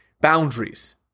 boundaries